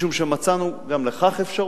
משום שמצאנו גם לכך אפשרות,